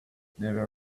never